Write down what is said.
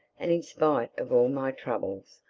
and in spite of all my troubles,